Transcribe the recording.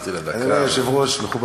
אולי הוא יפקח גם על הסוגרים.